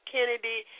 Kennedy